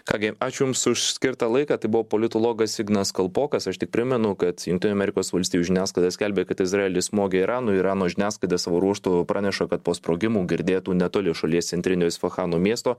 ką gi ačiū jums už skirtą laiką tai buvo politologas ignas kalpokas aš tik primenu kad jungtinių amerikos valstijų žiniasklaida skelbia kad izraelis smogė iranui irano žiniasklaida savo ruožtu praneša kad po sprogimų girdėtų netoli šalies centrinio isfahano miesto